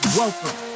welcome